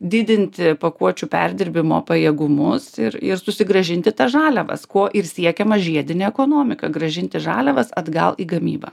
didinti pakuočių perdirbimo pajėgumus ir ir susigrąžinti tas žaliavas ko ir siekiama žiedine ekonomika grąžinti žaliavas atgal į gamybą